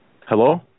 Hello